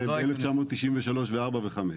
ב-1993 ו- 4 ו- 5 .